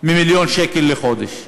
ממיליון שקל לחודש.